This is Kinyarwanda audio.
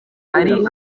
hari